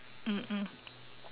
mm mm